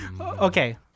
Okay